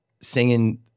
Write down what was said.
singing